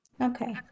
Okay